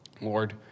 Lord